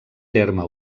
terme